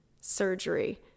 surgery